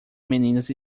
meninas